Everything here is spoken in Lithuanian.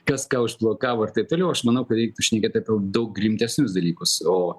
kas ką užblokavo ir taip toliau aš manau kad reiktų šnekėt apie daug rimtesnius dalykus o